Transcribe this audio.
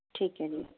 ਠੀਕ ਹੈ ਜੀ